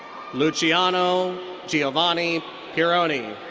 luciano giovanni pieroni.